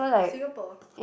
Singapore